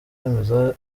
yemeza